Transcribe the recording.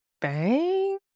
bang